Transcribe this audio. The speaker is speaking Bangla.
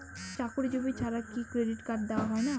চাকুরীজীবি ছাড়া কি ক্রেডিট কার্ড দেওয়া হয় না?